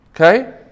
Okay